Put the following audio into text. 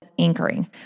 anchoring